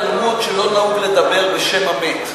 כתוב בתלמוד שלא נהוג לדבר בשם המת,